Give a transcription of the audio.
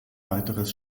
weiteres